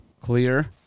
Clear